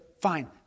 fine